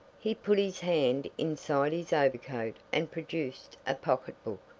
he put his hand inside his overcoat and produced a pocket-book,